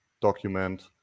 document